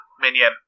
minion